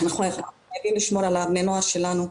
אנחנו חייבים לשמור על בני הנוער שלננו,